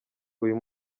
uyu